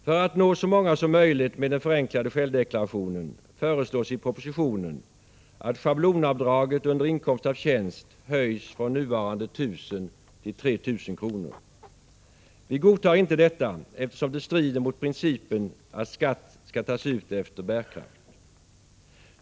För att man skall nå så många som möjligt med den förenklade självdeklarationen föreslås i propositionen att schablonavdraget under inkomst av tjänst höjs från nuvarande 1 000 kr. till 3 000 kr. Vi godtar inte detta, eftersom det strider mot principen att skatt skall tas ut efter bärkraft.